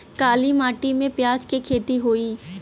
काली माटी में प्याज के खेती होई?